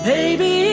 Baby